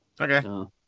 Okay